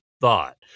thought